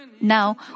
Now